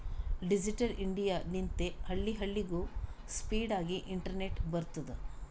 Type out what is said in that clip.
digital India ಲಿಂತೆ ಹಳ್ಳಿ ಹಳ್ಳಿಗೂ ಸ್ಪೀಡ್ ಆಗಿ ಇಂಟರ್ನೆಟ್ ಬರ್ತುದ್